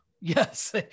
Yes